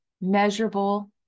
measurable